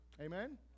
Amen